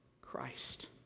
Christ